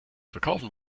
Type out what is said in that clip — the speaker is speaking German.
verkaufen